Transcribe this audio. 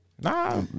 Nah